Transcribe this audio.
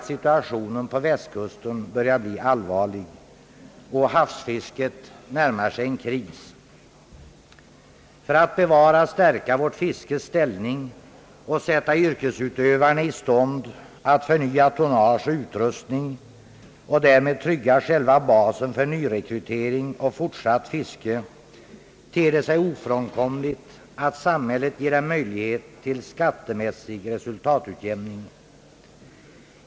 Situationen på Västkusten börjar bli allvarlig, då havsfisket närmar sig en kris, För att bevara och stärka vårt fiskes ställning och sätta yrkesutövarna i stånd att förnya tonnage och utrustning och därmed trygga själva basen för nyrekrytering och fortsatt fiske ter det sig ofrånkomligt, att samhället ger fiskarkåren möjlighet till skattemässig resultatutjämning.